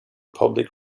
public